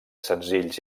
senzills